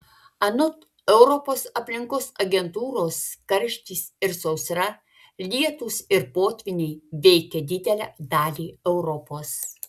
anot europos aplinkos agentūros karštis ir sausra lietūs ir potvyniai veikia didelę dalį europos